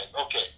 Okay